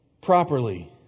properly